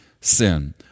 sin